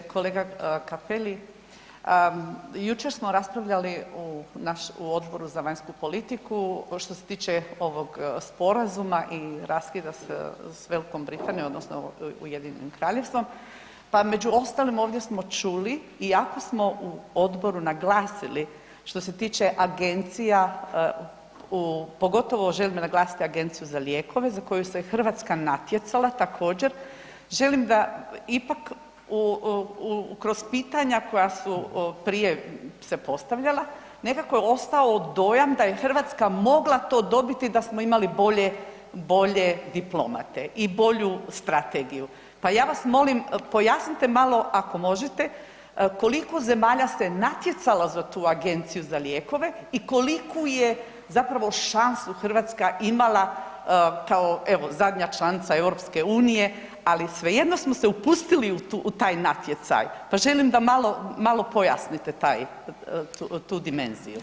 Kolega Cappelli, jučer smo raspravljali u Odboru za vanjsku politiku što se tiče ovog sporazuma i raskida sa V. Britanijom odnosno UK-om, pa među ostalim ovdje smo čuli i ako smo u odboru naglasili što se tiče agencija, pogotovo želim naglasiti Agenciju za lijekove za koju se Hrvatska natjecala, također, želim da ipak kroz pitanja koja su prije se postavljala nekako je ostao dojam da je Hrvatska mogla to dobiti da smo imali bolje, bolje diplomate i bolju strategiju, pa ja vas molim pojasnite malo ako možete koliko zemalja se natjecalo za tu Agenciju za lijekove i koliku je zapravo šansu Hrvatska imala kao evo zadnja članica EU, ali svejedno smo se upustili u taj natjecaj, pa želim da malo, malo pojasnite taj, tu dimenziju.